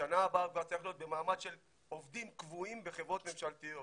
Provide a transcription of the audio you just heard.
בשנה הבאה הם כבר צריכים להיות במעמד של עובדים קבועים בחברות ממשלתיות